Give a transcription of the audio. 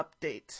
update